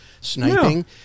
sniping